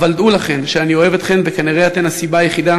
אבל דעו לכן שאני אוהב אתכן וכנראה אתן הסיבה היחידה